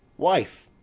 wife!